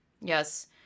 Yes